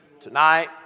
Tonight